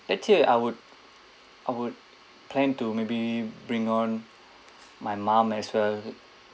let's say I would I would plan to maybe bring on my mum as well